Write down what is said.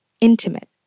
intimate